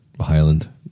Highland